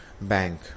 bank